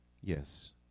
yes